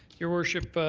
your worship,